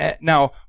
Now